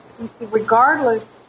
regardless